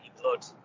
blood